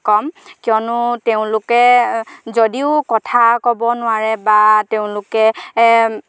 কম কিয়নো তেওঁলোকে যদিও কথা ক'ব নোৱাৰে বা তেওঁলোকে